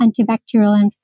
antibacterial